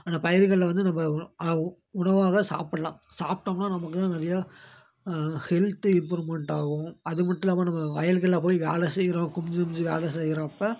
அந்த பயிர்களை வந்து நம்ம உணவாக சாப்புடலாம் சாப்பிட்டோம்னா நமக்கு தான் நிறையா ஹெல்த் இம்ப்ரூவ்மெண்ட் ஆகும் அது மட்டும் இல்லாமல் நம்ம வயலுக்கெல்லாம் போய் வேலை செய்கிறோம் குனிஞ்சு குனிஞ்சு வேலை செய்கிறப்ப